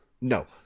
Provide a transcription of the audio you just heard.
No